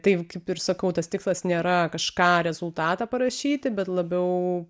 taip kaip ir sakau tas tikslas nėra kažką rezultatą parašyti bet labiau